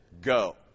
Go